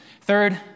Third